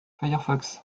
firefox